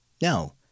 No